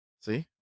see